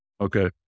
Okay